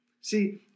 See